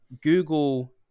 google